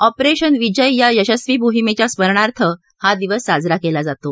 operation Vijay या यशस्वी मोहिमेच्या स्मरणार्थ हा दिवस साजरा केला जातो